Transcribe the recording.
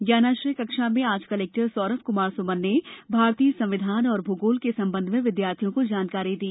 ज्ञानाश्रय कक्षा में आज कलेक्टर सौरभ क्मार स्मन ने भारतीय संविधान और भ्गोल के संबंध में विदयार्थियों को जानकारी दी